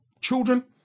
children